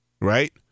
right